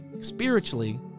spiritually